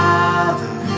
Father